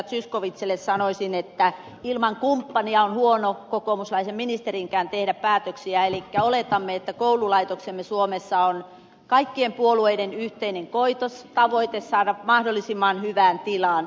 zyskowiczille sanoisin että ilman kumppania on huono kokoomuslaisen ministerinkään tehdä päätöksiä elikkä oletamme että koululaitoksemme suomessa on kaikkien puolueiden yhteinen koitos tavoite saada mahdollisimman hyvään tilaan